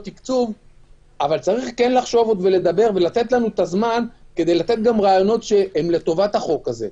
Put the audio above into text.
אבל יש לחשוב ולדבר לתת לנו הזמן כדי לתת רעיונות לטובת החוק הזה.